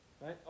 right